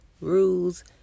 rules